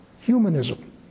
humanism